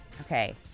Okay